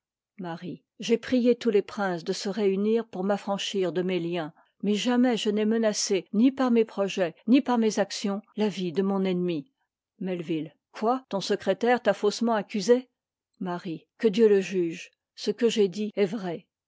l'âme j'ai prié tous les princes de se réunir pour m'affranchir de mes liens mais jamais je n'ai menacé ni par mes projets ni par mes actions la vie de mon ennemie quoi ton secrétaire t'a faussement accusée marie que dieu le juge ce que j'ai dit est vrai